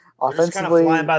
offensively